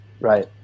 Right